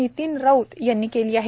नितीन राऊत यांनी केली आहे